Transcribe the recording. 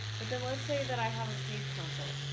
but then let's say that i have a paid console.